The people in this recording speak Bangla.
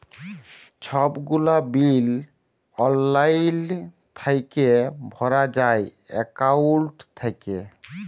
ছব গুলা বিল অললাইল থ্যাইকে ভরা যায় একাউল্ট থ্যাইকে